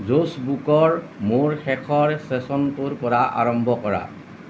Jos বুকৰ মোৰ শেষৰ ছেছনটোৰ পৰা আৰম্ভ কৰা